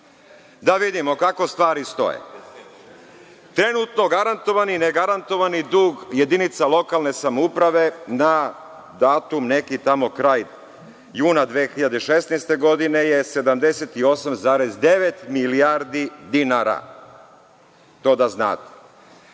pogledamo kako stvari stoje. Trenutno garantovani, ne garantovani dug jedinica lokalne samouprave na datum neki tamo kraj juna 2016. godine je 78,9 milijardi dinara. To da znate.